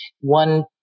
one